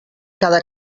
cada